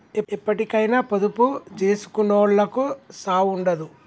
ఎప్పటికైనా పొదుపు జేసుకునోళ్లకు సావుండదు